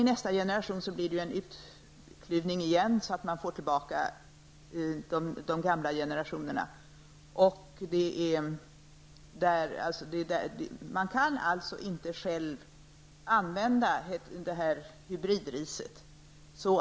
I nästa generation blir det på nytt en utklyvning, så att det gamla återkommer. Man kan alltså inte själv använda hybridriset.